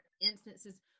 instances